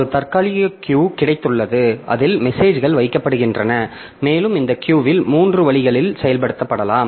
ஒரு தற்காலிக கியூ கிடைத்துள்ளது அதில் மெசேஜ்கள் வைக்கப்படுகின்றன மேலும் இந்த கியூவில் மூன்று வழிகளில் செயல்படுத்தப்படலாம்